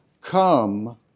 come